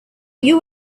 you